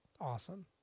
Awesome